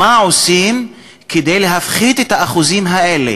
מה עושים כדי להפחית את האחוזים האלה?